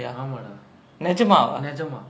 ஆமாடா நெஜமா:aamaada nejamaa